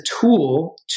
tool